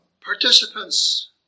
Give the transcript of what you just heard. participants